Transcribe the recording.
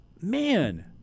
Man